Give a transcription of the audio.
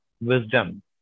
wisdom